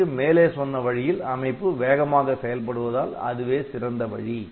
அதற்கு மேலே சொன்ன வழியில் அமைப்பு வேகமாக செயல் படுவதால் அதுவே சிறந்த வழி